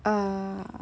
err